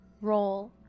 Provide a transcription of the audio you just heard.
roll